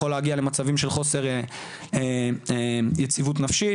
יכול להגיע למצבים של חוסר יציבות נפשית,